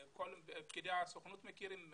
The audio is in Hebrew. פקידי הסוכנות מכירים,